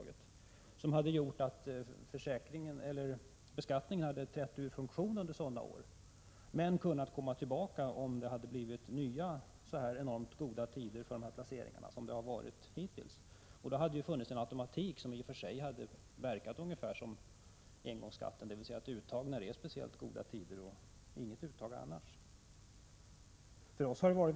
Detta skydd hade inneburit att beskattningen hade trätt ur funktion under sådana år men kunnat träda i tillämpning igen om det blivit nya, så enormt goda tider för sådana placeringar som man hittills haft. Det hade inneburit en automatik som hade verkat ungefär som engångsskatten, dvs. skatteuttag när det är speciellt goda tider och inget uttag annars.